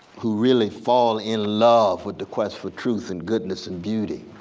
who really fall in love with the quest for truth and goodness and beautiful,